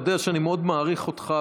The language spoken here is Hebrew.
אתה יודע שאני מאוד מעריך אותך,